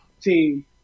team